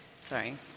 Sorry